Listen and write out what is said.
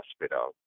hospital